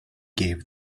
gave